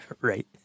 Right